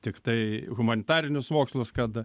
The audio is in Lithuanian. tiktai humanitarinius mokslus kad